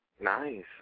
Nice